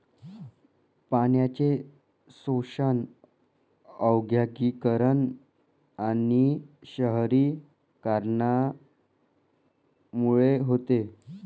पाण्याचे शोषण औद्योगिकीकरण आणि शहरीकरणामुळे होते